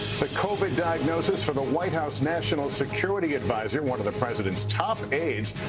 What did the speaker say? but covid diagnosis from the white house national security adviser, one of the president's top aids.